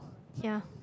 ya